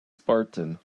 spartan